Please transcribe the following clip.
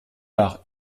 par